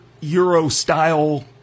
Euro-style